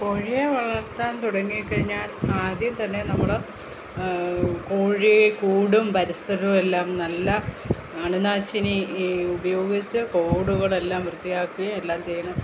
കോഴിയേ വളർത്താൻ തുടങ്ങിക്കഴിഞ്ഞാൽ ആദ്യം തന്നെ നമ്മൾ കോഴിയെ കൂടും പരിസരവും എല്ലാം നല്ല അണുനാശിനീ ഉപയോഗിച്ച് കൂടുകളെല്ലാം വൃത്തിയാക്കി എല്ലാം ചെയ്ത്